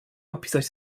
opisać